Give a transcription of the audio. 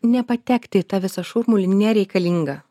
nepatekti į tą visą šurmulį nereikalingą